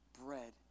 bread